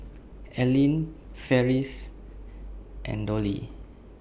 Allene Farris and Dollie